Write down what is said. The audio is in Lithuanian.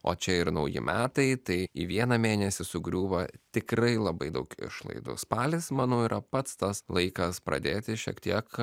o čia ir nauji metai tai į vieną mėnesį sugriūva tikrai labai daug išlaidų spalis manau yra pats tas laikas pradėti šiek tiek